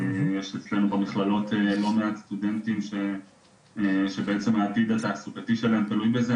יש אצלנו במכללות לא מעט סטודנטים שבעצם העתיד התעסוקתי שלהם תלוי בזה.